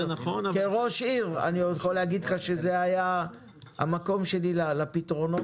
כראש עירייה לשעבר אני יכול להגיד לך שזה היה המקום שלי לפתרונות.